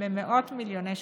במאות מיליוני שקלים.